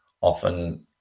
often